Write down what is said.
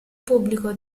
pubblico